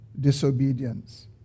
disobedience